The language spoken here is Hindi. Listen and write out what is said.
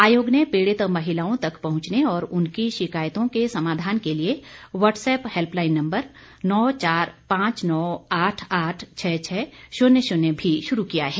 आयोग ने पीड़ित महिलाओं तक पहुंचने और उनकी शिकायतों के समाधान के लिए वॉट्सऐप हैल्पलाइन नम्बर नौ चार पांच नौ आठ आठ छः छः शून्य शून्य भी शुरू किया है